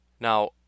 Now